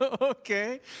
okay